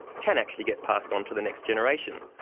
can actually get passed on to the next generation.